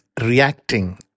reacting